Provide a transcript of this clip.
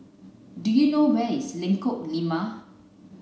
do you know where is Lengkong Lima